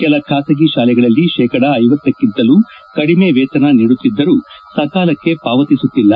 ಕೆಲ ಖಾಸಗಿ ಶಾಲೆಗಳಲ್ಲಿ ಶೇಕಡ ಐವತ್ತಕ್ಕಿಂತಲೂ ಕಡಿಮೆ ವೇತನ ನೀಡುತ್ತಿದ್ದರೂ ಸಕಾಲಕ್ಕೆ ಪಾವತಿಸುತ್ತಿಲ್ಲ